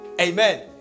Amen